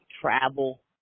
travel